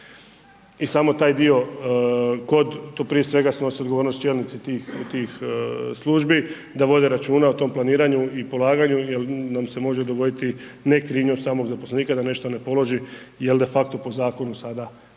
I samo taj dio kod, to prije svega snose odgovornost čelnici tih službi da vode računa o tom planiranju i polaganju jer nam se može dogoditi ne krivnjom samog zaposlenika da nešto ne položi jer de facto po zakonu sada niti